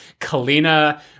kalina